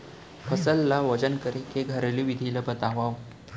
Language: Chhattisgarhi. फसल ला वजन करे के घरेलू विधि ला बतावव?